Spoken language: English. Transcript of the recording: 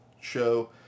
show